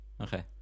Okay